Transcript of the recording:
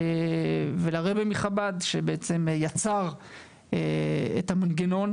ולרבי מחב"ד שבעצם יצר את המנגנון,